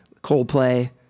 Coldplay